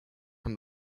from